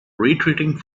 retreating